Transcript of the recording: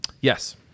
Yes